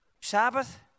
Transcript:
Sabbath